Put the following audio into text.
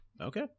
Okay